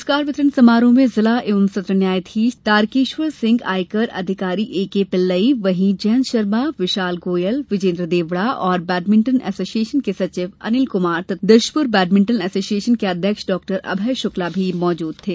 पुरस्कार वितरण समारोह में जिला एवं सत्र न्यायाधीश तारकेश्वर सिंह आयकर अधिकारी एकेपिल्लई वहीं जयंत शर्मा विशाल गोयल विजेन्द्र देवड़ा और बैडमिंटन एसोसिएशन के सचिव अनिल कुमार तथा दशपुर बैडमिंटन एसोसिएशन के अध्यक्ष डॉ अभय शुक्ला भी मौजूद थे